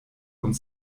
und